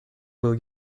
will